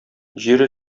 җир